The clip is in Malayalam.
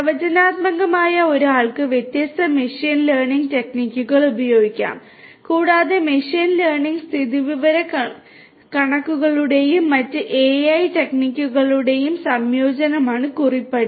പ്രവചനാത്മകമായ ഒരാൾക്ക് വ്യത്യസ്ത മെഷീൻ ലേണിംഗ് ടെക്നിക്കുകൾ ഉപയോഗിക്കാം കൂടാതെ മെഷീൻ ലേണിംഗ് സ്ഥിതിവിവരക്കണക്കുകളുടെയും മറ്റ് AI ടെക്നിക്കുകളുടെയും സംയോജനമാണ് കുറിപ്പടി